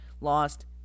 lost